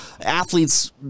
athletes